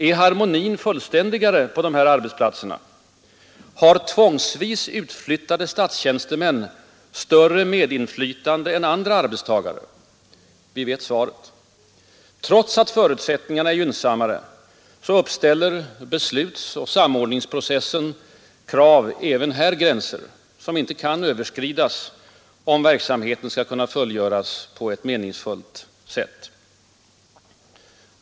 Är harmonin fullständigare på dessa arbetsplatser? Har tvångsvis utflyttade statstjänstemän större medinflytande än andra arbetstagare? Vi vet svaret. Trots att förutsättningarna är gynnsammare, uppställer beslutsoch samordningsprocessens krav även här gränser, som icke kan överskridas om verksamheten skall kunna fullgöras på ett meningsfullt sätt.